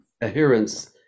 adherence